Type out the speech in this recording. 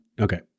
Okay